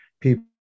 people